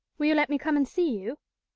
will you let me come and see you?